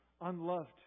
Unloved